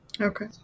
Okay